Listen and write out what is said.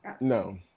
No